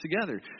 together